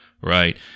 right